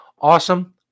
Awesome